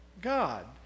God